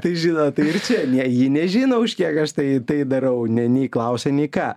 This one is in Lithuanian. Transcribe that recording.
tai žinot čia ne ji nežino už kiek aš tai tai darau ne nei klausia nei ką